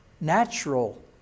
natural